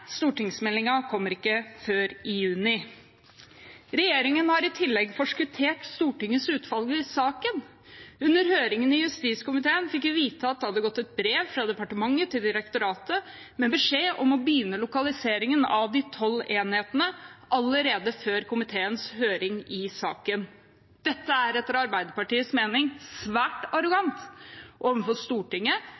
kommer ikke før i juni. Regjeringen har i tillegg forskuttert Stortingets utfall i saken. Under høringen i justiskomiteen fikk vi vite at det hadde gått et brev fra departementet til direktoratet med beskjed om å begynne lokaliseringen av de tolv enhetene allerede før komiteens høring i saken. Dette er etter Arbeiderpartiets mening svært